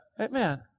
Amen